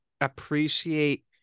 appreciate